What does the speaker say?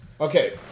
Okay